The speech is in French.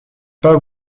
pas